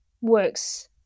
works